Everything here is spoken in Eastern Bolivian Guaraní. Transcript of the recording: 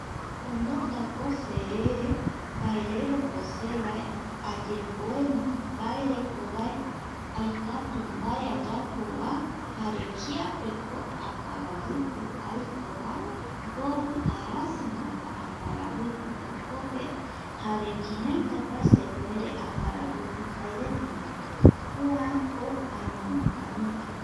Añonotako se rere mbaereroko se vae ayemboe mbaereko vae aikatu mbae ayapova jare kiapeko aparaviki aikova mbovi arasamako aparaviki jokpe jare kiraitapa sepuere aparaviki jaereta ndie kuako añonokavita